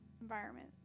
environment